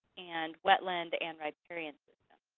and wetland and riparian systems.